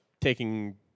taking